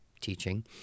teaching